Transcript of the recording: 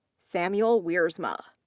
samuel wiersma,